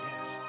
Yes